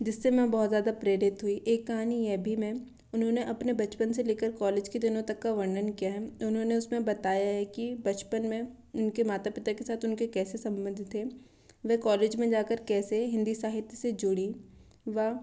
जिससे मैं बहुत ज़्यादा प्रेरित हुई एक कहानी यह भी मैं उन्होंने अपने बचपन से लेकर कॉलेज के दिनों तक का वर्णन किया है उन्होंने उसमें बताया है कि बचपन में उनके माता पिता के साथ उनके कैसे सम्बंध थे वे कॉलेज में जा कर कैसे हिंदी साहित्य से जुड़ी व